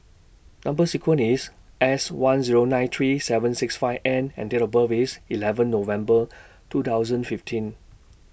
Number sequence IS S one Zero nine three seven six five N and Date of birth IS eleven November two thousand fifteen